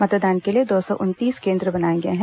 मतदान के लिए दो सौ उनतीस केन्द्र बनाए गए हैं